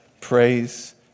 Praise